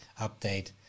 update